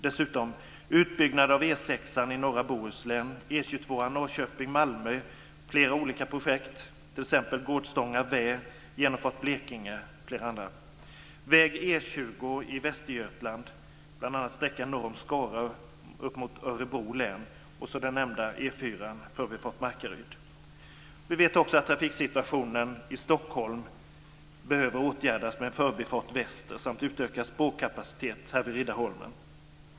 Dessutom finns följande projekt: - Det finns flera olika projekt för E 22 Norrköping Vi vet också att trafiksituationen i Stockholm behöver åtgärdas med en förbifart väster samt med utökad spårkapacitet vid Riddarholmen.